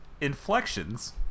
inflections